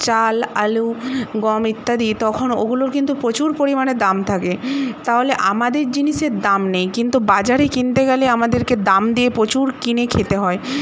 চাল আলু গম ইত্যাদি তখন ওগুলো কিন্তু প্রচুর পরিমাণে দাম থাকে তাহলে আমাদের জিনিসের দাম নেই কিন্তু বাজারে কিনতে গেলে আমাদেরকে দাম দিয়ে প্রচুর কিনে খেতে হয়